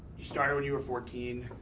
you started when you were fourteen.